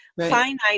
finite